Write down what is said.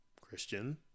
christian